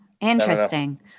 Interesting